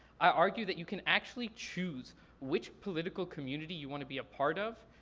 i argue that you can actually choose which political community you want to be a part of,